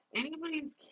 anybody's